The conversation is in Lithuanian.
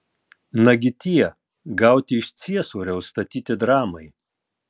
nagi tie gauti iš ciesoriaus statyti dramai